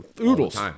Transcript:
oodles